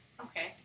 Okay